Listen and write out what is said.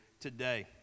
today